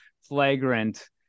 flagrant